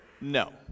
No